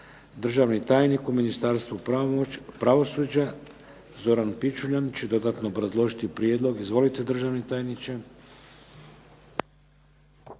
Državni tajnik u Ministarstvu pravosuđa Zoran Pičuljan će dodatno obrazložiti prijedlog. Izvolite državni tajniče.